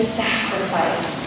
sacrifice